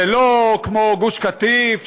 זה לא כמו גוש קטיף,